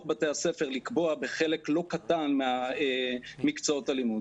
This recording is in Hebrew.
בתי הספר לקבוע בחלק לא קטן ממקצועות הלימוד.